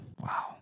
Wow